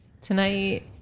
tonight